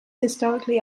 historically